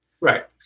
Right